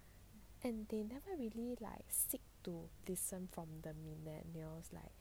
and they never really like seek to listen from the millennials like